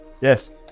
Yes